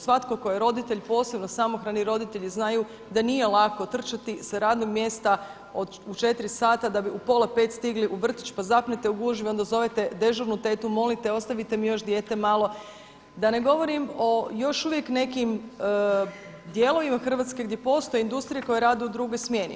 Svatko tko je roditelj, posebno samohrani roditelji znaju da nije lako trčati sa radnog mjesta u 4 sata da bi u pola 5 stigli u vrtić, pa zapnete u gužvi, onda zovete dežurnu tetu, molite ostavite mi još dijete malo, da ne govorim o još uvijek nekim dijelovima Hrvatske gdje postoje industrije koje rade u drugoj smjeni.